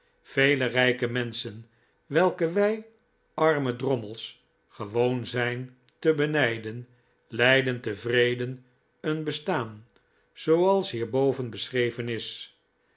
vele rijke menschen welke wij arme drommels gewoon zijn te benijden leiden tevreden een bestaan zooals hierboven beschreven is